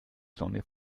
sonne